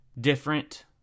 different